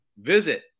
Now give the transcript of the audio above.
visit